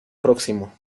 próximo